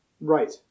Right